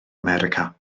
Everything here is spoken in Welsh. america